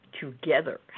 together